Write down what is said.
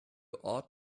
ought